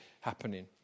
happening